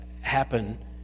happen